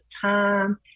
time